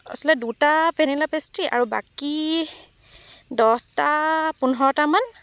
আচলতে দুটা vanilla pastry আৰু বাকী দহটা পোন্ধৰটামান